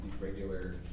Regular